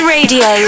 Radio